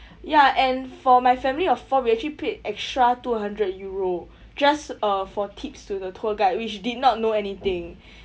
ya and for my family of four we actually paid extra two hundred euro just uh for tips to the tour guide which did not know anything